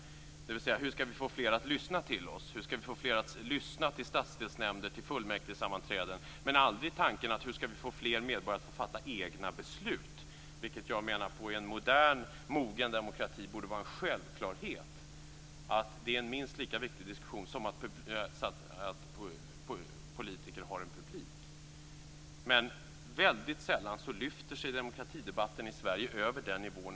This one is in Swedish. Hur skall vi få fler att lyssna till oss? Hur skall vi får fler att lyssna till statsdelsnämnder, till fullmäktigesammanträden? Men vi tänker aldrig tanken: Hur skall vi få fler medborgare att fatta egna beslut? Det menar jag på borde vara en självklarhet i en modern mogen demokrati. Det är en minst lika viktig diskussion som att politiker har en publik. Men väldigt sällan lyfter sig demokratidebatten i Sverige över den nivån.